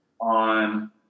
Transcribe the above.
on